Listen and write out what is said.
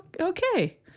okay